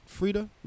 Frida